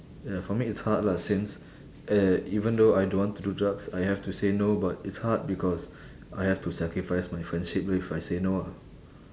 ya for me it's hard lah since eh even though I don't want to do drugs I have to say no but it's hard because I have to sacrifice my friendship if I say no ah